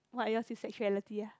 what yours is sexuality ah